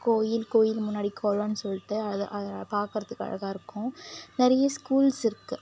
கோவில் கோவில் முன்னாடி குளோனு சொல்லிட்டு அது அது பார்க்றதுக்கு அழகாக இருக்கும் நிறைய ஸ்கூல்ஸ் இருக்குது